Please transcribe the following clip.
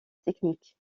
technique